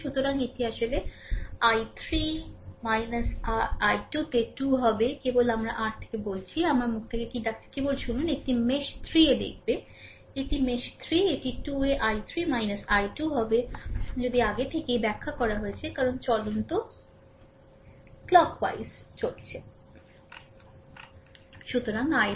সুতরাং এটি আসলে I3 r I2 তে 2 হবে কেবল আমার r থেকে বলছি আমার মুখ থেকে কী ডাকছে কেবল শুনুন এটি মেশ 3 এ দেখবে এটি 3 মেশ 3 এটি 2 এ I3 I2 হবে যদি আগে থেকেই ব্যাখ্যা করা হয়েছে কারণ চলন্ত ঘড়িটি বুদ্ধিমান